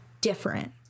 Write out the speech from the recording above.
different